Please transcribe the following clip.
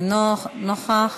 אינו נוכח,